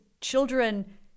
children